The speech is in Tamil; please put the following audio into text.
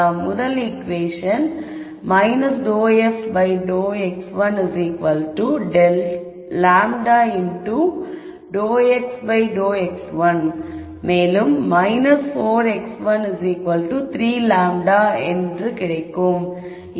முதல் ஈகுவேஷன் ∂f∂x1λ∂h ∂x1 மேலும் 4x1 3λ நம்மிடம் இருக்கும்